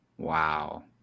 wow